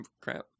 Crap